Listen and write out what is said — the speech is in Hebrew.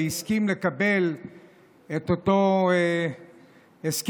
שהסכים לקבל את אותו ההסכם,